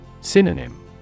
Synonym